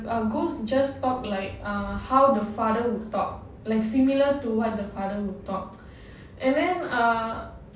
ah ghost just talk like err how the father will talk like similar to what the father would talk and then ah